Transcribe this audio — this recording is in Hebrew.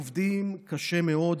עובדים קשה מאוד,